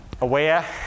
Aware